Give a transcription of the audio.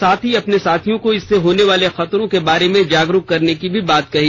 साथ ही अपने साथियों को इससे होने वाले खतरों के बारे में जागरूक करने की भी बात कही